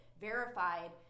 verified